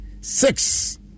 six